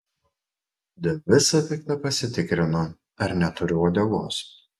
dėl visa pikta pasitikrinu ar neturiu uodegos